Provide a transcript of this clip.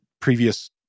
previous